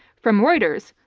from reuters,